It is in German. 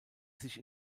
sich